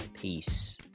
Peace